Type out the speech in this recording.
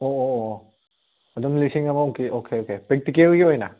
ꯑꯣ ꯑꯣ ꯑꯣ ꯑꯗꯨꯝ ꯂꯤꯁꯤꯡ ꯑꯃꯃꯨꯛꯀꯤ ꯑꯣꯀꯦ ꯑꯣꯀꯦ ꯄ꯭ꯔꯦꯛꯇꯤꯀꯦꯜꯒꯤ ꯑꯣꯏꯅ